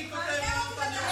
מי כותב לנו את הנאומים?